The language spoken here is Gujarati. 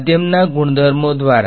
માધ્યમના ગુણધર્મો દ્વારા